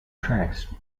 tracks